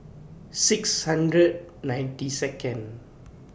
six hundred ninety Second